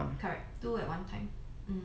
correct two at one time